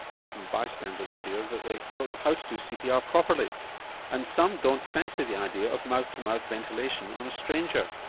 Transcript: often bystanders fear that they don't know how to do cpr properly and some don't fancy the idea of mouth-to-mouth ventilation on a stranger.